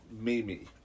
Mimi